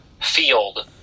field